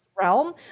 realm